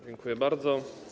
Dziękuję bardzo.